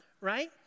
Right